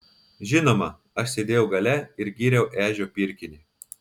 žinoma aš sėdėjau gale ir gyriau ežio pirkinį